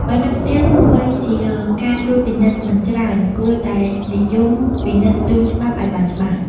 បើនៅផ្ទះទោះបីជាការត្រួតពិនិត្យមិនច្រើន គួរតែនិយមពិនិត្យរឿងច្បាប់ឲ្យបានច្បាស់។